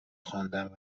خواندن